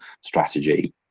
strategy